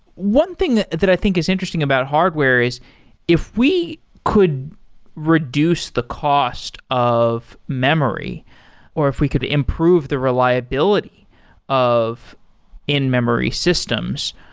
one thing that that i think is interesting about hardware is if we could reduce the cost of memory or if we could improve the reliability of in-memory systems,